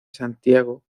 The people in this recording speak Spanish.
santiago